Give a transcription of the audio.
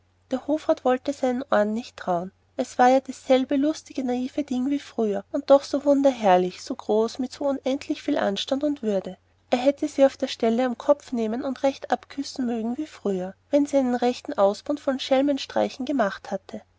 der hofrat wollte seinen ohren nicht trauen es war ja dasselbe lustige naive ding wie früher und doch so wunderherrlich so groß mit so unendlich viel anstand und würde er hätte sie auf der stelle am kopf nehmen und recht abküssen mögen wie früher wenn sie einen rechten ausbund von schelmenstreich gemacht hatte